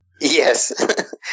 Yes